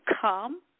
come